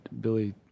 Billy